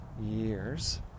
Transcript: years